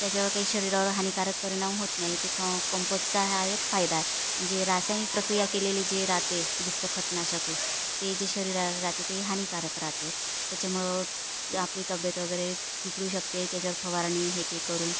त्याच्यावर काही शरीरावर हानिकारक परिणाम होत नाही ते ख कंपोस्टचा हा एक फायदा आहे जे रासायनिक प्रक्रिया केलेले जे राहते दुसरं खतनाशक आहे ते जे शरीरा राहते ते हानिकारक राहते त्याच्यामुळं आपली तब्येत वगैरे बिघडू शकते त्याच्यावर फवारणी हे ते करून